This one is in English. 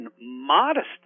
modest